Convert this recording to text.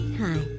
Hi